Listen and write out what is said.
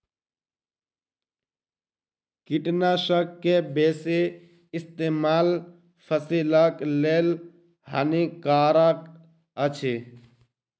कीटनाशक के बेसी इस्तेमाल फसिलक लेल हानिकारक अछि